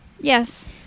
Yes